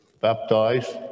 baptized